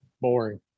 boring